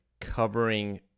covering